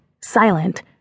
silent